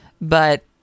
But-